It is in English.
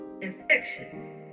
infections